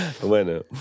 Bueno